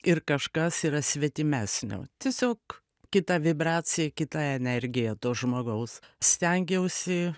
ir kažkas yra svetimesnio tiesiog kita vibracija kita energija to žmogaus stengiausi